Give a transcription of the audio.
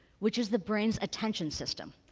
which is the brain's attention system.